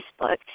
Facebook